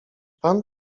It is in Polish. pan